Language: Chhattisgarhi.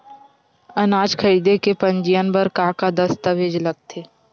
अनाज खरीदे के पंजीयन बर का का दस्तावेज लगथे?